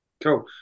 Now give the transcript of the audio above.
Cool